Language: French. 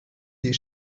des